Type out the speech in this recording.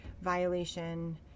violation